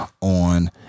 on